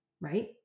right